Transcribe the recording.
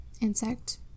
insect